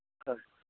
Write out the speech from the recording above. ꯍꯣꯏ